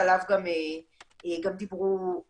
על צורך מאוד מאוד גדול שעליו גם דיברו פה,